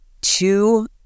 two